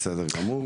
בסדר גמור.